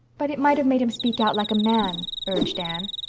but it might have made him speak out like a man, urged anne.